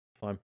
Fine